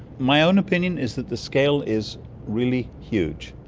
my own opinion is that the scale is really huge.